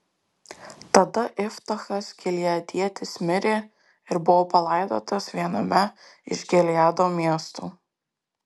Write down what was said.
tada iftachas gileadietis mirė ir buvo palaidotas viename iš gileado miestų